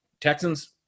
Texans